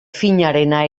finarena